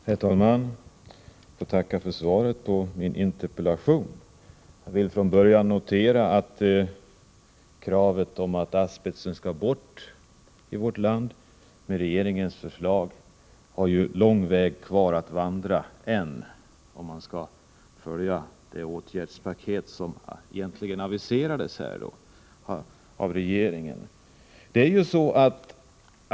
Herr talman! Jag tackar för svaret på min interpellation. Jag vill till att börja med notera att det — även med regeringens förslag till åtgärdspaket, som här aviserats — är lång väg kvar innan kravet att asbesten skall bort i vårt land är uppfyllt.